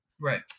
Right